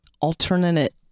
alternate